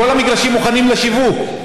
כל המגרשים מוכנים לשיווק.